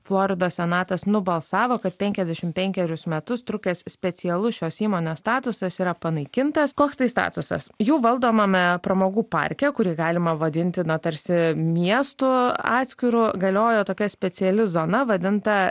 floridos senatas nubalsavo kad penkiasdešim penkerius metus trukęs specialus šios įmonės statusas yra panaikintas koks tai statusas jų valdomame pramogų parke kurį galima vadinti na tarsi miestu atskiru galiojo tokia speciali zona vadinta